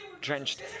drenched